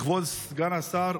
כבוד סגן השר,